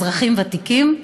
באזרחים ותיקים,